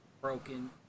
broken